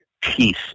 peace